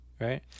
right